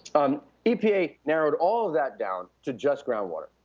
um epa narrowed all of that down to just groundwater.